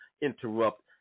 interrupt